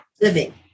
living